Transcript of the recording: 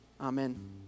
Amen